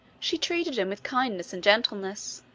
she treated him with kindness and gentleness.